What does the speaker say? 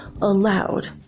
allowed